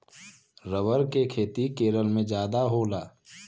rubber के खेती केरल में जादा होला